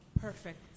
perfect